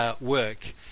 work